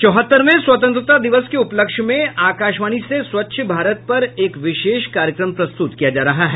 चौहत्तरवें स्वतंत्रता दिवस के उपलक्ष्य में आकाशवाणी से स्वच्छ भारत पर एक विशेष कार्यक्रम प्रस्तुत किया जा रहा हैं